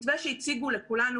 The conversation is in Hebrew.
מתווה שהציגו לכולנו,